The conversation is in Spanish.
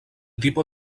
tipo